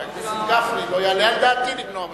חבר הכנסת גפני, לא יעלה על דעתי למנוע ממך.